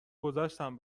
گذشتم